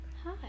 hi